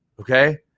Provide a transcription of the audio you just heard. okay